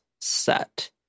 set